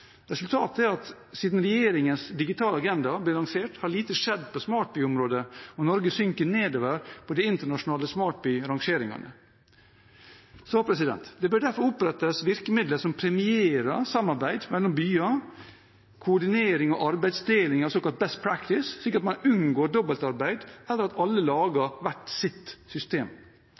Resultatet er at siden regjeringens digitale agenda ble lansert, har lite skjedd på smartbyområdet, og Norge synker nedover på de internasjonale smartbyrangeringene. Det bør derfor opprettes virkemidler som premierer samarbeid mellom byer, koordinering og arbeidsdeling av såkalt best practice, slik at man unngår dobbeltarbeid, eller at alle lager hvert sitt system.